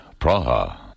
Praha